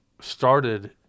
started